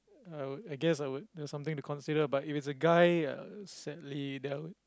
I I guess I would there's something to consider but if it's a guy uh sadly that would